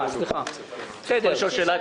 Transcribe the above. אני מבקש לשאול אותו שאלה.